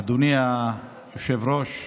אדוני היושב-ראש,